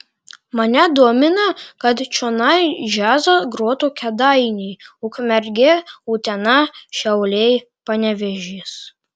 mane domina kad čionai džiazą grotų kėdainiai ukmergė utena šiauliai panevėžys